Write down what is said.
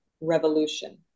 revolution